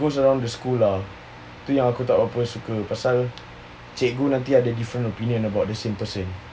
goes around the school lah tu yang aku tak berapa suka pasal cikgu nanti ada different opinion about the same person